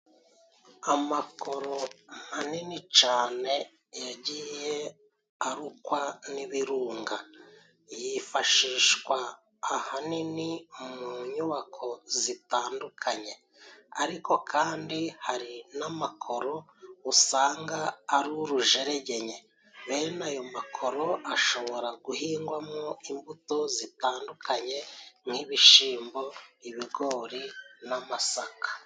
Amakoro manini cane yagiye arukwa n'ibirunga, yifashishwa ahanini mu nyubako zitandukanye, ariko kandi hari n'amakoro usanga ari urujeregenye. Bene ayo makoro ashobora guhingwamwo imbuto zitandukanye nk'ibishimbo, ibigori n'amasaka.